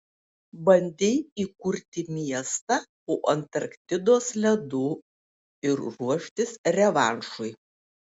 bandei įkurti miestą po antarktidos ledu ir ruoštis revanšui